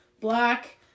black